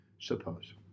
suppose